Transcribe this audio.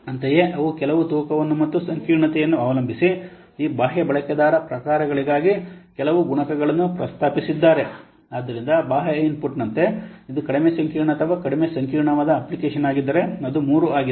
ಅಂತೆಯೇ ಅವರು ಕೆಲವು ತೂಕವನ್ನು ಮತ್ತು ಸಂಕೀರ್ಣತೆಯನ್ನು ಅವಲಂಬಿಸಿ ಈ ಬಾಹ್ಯ ಬಳಕೆದಾರ ಪ್ರಕಾರಗಳಿಗಾಗಿ ಕೆಲವು ಗುಣಕಗಳನ್ನು ಪ್ರಸ್ತಾಪಿಸಿದ್ದಾರೆ ಆದ್ದರಿಂದ ಬಾಹ್ಯ ಇನ್ಪುಟ್ನಂತೆ ಇದು ಕಡಿಮೆ ಸಂಕೀರ್ಣ ಅಥವಾ ಕಡಿಮೆ ಸಂಕೀರ್ಣವಾದ ಅಪ್ಲಿಕೇಶನ್ ಆಗಿದ್ದರೆ ಅದು 3 ಆಗಿದೆ